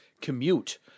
commute